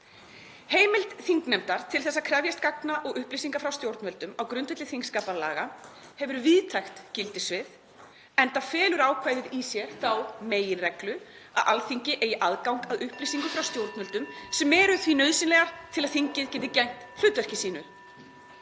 Heimild þingnefndar til að krefjast gagna og upplýsinga frá stjórnvöldum á grundvelli þingskapalaga hefur víðtækt gildissvið, enda felur ákvæðið í sér þá meginreglu að Alþingi eigi aðgang að upplýsingum frá stjórnvöldum sem eru því nauðsynlegar til að þingið geti gegnt hlutverki sínu.